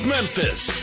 Memphis